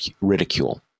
ridicule